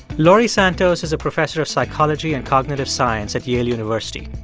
laurie santos is a professor of psychology and cognitive science at yale university.